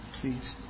Please